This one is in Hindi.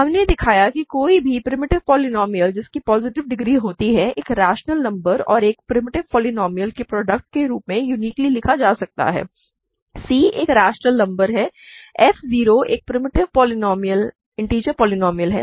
हमने दिखाया कि कोई भी प्रिमिटिव पोलीनोमिअल जिसकी पॉजिटिव डिग्री होती है एक रैशनल नंबर और एक प्रिमिटिव पोलीनोमिअल के प्रॉडक्ट के रूप में यूनिकली लिखा जा सकता है c एक रैशनल नंबर है f 0 एक प्रिमिटिव इन्टिजर पोलीनोमिअल है